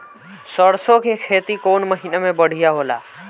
सरसों के खेती कौन महीना में बढ़िया होला?